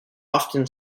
often